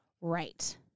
Right